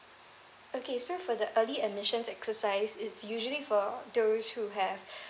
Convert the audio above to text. okay so for the early admissions exercise it's usually for those who have